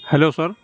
hello sir